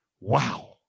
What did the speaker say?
wow